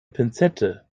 pinzette